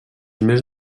més